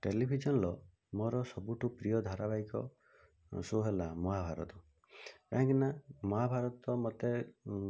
television ର ମୋର ସବୁଠୁ ପ୍ରିୟ ଧାରାବାହିକ ଶୋ ହେଲା ମହାଭାରତ କାହିଁକିନା ମହାଭାରତ ମୋତେ